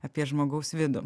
apie žmogaus vidų